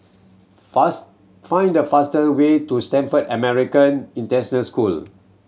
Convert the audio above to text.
fast find the faster way to Stamford American International School